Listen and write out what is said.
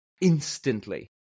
instantly